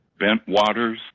Bentwaters